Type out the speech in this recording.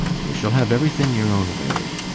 you shall have everything your own way.